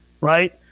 right